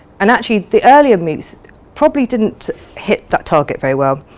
and actually the earlier moocs probably didn't hit that target very well.